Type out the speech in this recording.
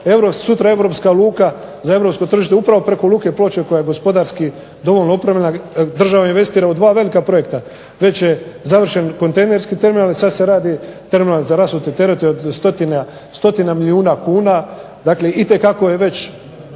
sutra europska luka za europsko tržište upravo preko Luke Ploče koja je gospodarski dovoljno opremljena, država investira u dva velika projekta. Već je završen kontejnerski terminal i sad se radi terminal za rasute terete od stotina milijuna kuna, dakle itekako je već